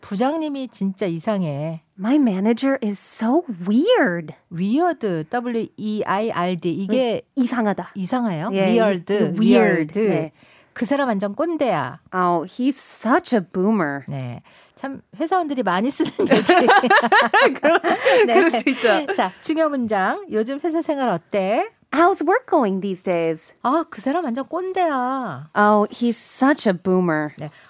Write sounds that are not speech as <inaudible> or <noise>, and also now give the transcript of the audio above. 부장님이 진짜 이상해. My manager is so weird. Weird, W E I R D. 이게 Like, 이상하다. 이상해요? Yeah, Weird, y- y- weird, weird. yeah. 그 사람 완전 꼰대야. Oh, he's such a boomer. 네. 참 회사원들이 많이 쓰는 <laughs> 얘기. <laughs> 네. 그럴 수 있죠. 자, 중요 문장. 요즘 회사 생활 어때? How's work going these days? 아, 그 사람 완전 꼰대야. Oh, he's such a boomer. 네.